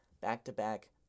back-to-back